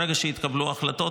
ברגע שיתקבלו החלטות,